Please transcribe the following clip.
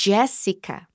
Jessica